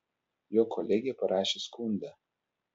jo kolegė parašė skundą